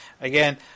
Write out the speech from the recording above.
again